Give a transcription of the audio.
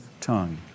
tongue